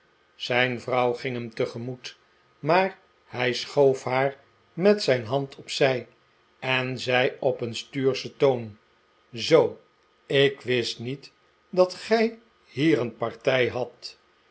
zijn vrouw ging hem tegemoet maar hij schoof haar met zijn hand op zij en zei op een stuurschen toon zoo ik wist niet dat gij hier een partij hadt